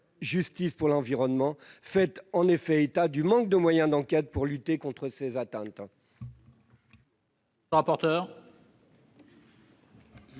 justice pour l'environnement » fait en effet état du manque de moyens d'enquête pour lutter contre les atteintes